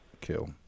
Kill